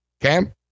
Cam